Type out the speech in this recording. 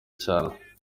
cyane